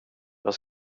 jag